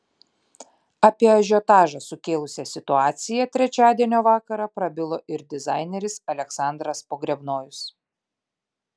apie ažiotažą sukėlusią situaciją trečiadienio vakarą prabilo ir dizaineris aleksandras pogrebnojus